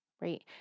Right